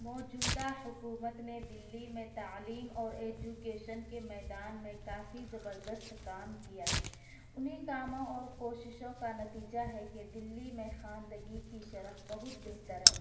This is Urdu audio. موجودہ حکومت نے دلّی میں تعلیم اور ایجوکیشن کے میدان میں کافی زبردست کام کیا ہے انہیں کاموں اور کوششوں کا نتیجہ ہے کہ دلّی میں خواندگی کی شرح بہت بہتر ہے